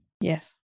Yes